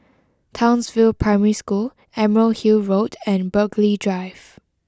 Townsville Primary School Emerald Hill Road and Burghley Drive